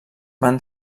van